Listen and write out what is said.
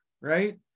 right